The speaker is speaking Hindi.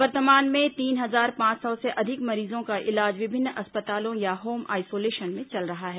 वर्तमान में तीन हजार पांच सौ से अधिक मरीजों का इलाज विभिन्न अस्पतालों या होम आइसोलेशन में चल रहा है